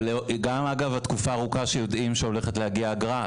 אבל גם התקופה הארוכה שיודעים שהולכת להגיע אגרה,